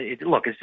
look